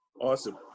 awesome